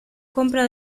compra